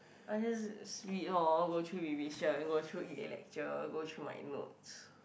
I just speed lor go through revision go through E-lecture go through my notes